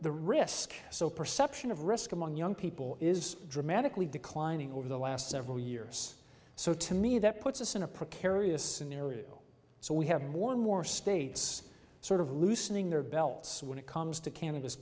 the risk so perception of risk among young people is dramatically declining over the last several years so to me that puts us in a precarious scenario so we have more and more states sort of loosening their belts when it comes to canada's